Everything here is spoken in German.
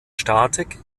statik